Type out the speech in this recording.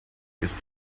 ist